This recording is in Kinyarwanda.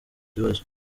kibazo